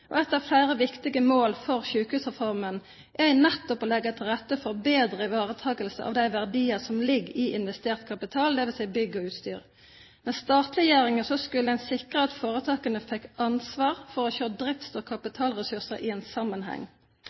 og et av flere viktige mål for sykehusreformen er nettopp å legge til rette for bedre ivaretakelse av de verdier som ligger i investert kapital, dvs. bygg og utstyr. Med statliggjøringen skulle en sikre at foretakene fikk ansvar for å se drifts- og kapitalressurser i en sammenheng.